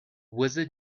wizard